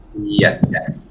Yes